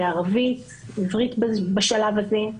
לערבית ולעברית בשלב הזה,